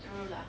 true lah